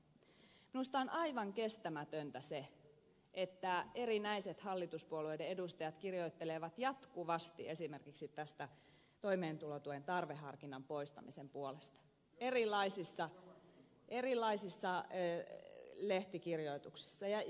minusta on aivan kestämätöntä se että erinäiset hallituspuolueiden edustajat kirjoittelevat erilaisissa lehtikirjoituksissa jatkuvasti esimerkiksi toimeentulotuen tarveharkinnan poistamisen puolesta erilaisissa erilaisissa ei ole lehtikirjoituksessa jäi